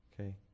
Okay